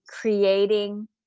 creating